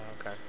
okay